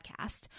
podcast